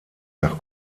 nach